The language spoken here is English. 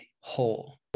whole